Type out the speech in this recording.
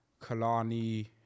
Kalani